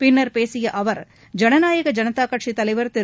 பின்னா் பேசிய அவா் ஜனநாயக ஜனதா கட்சி தலைவா் திரு